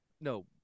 No